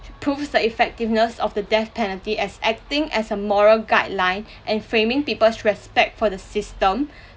proves the effectiveness of the death penalty as acting as a moral guideline and framing people's respect for the system